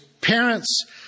parents